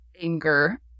anger